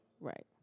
Right